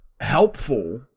helpful